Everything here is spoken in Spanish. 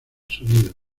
sonido